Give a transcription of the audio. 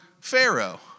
Pharaoh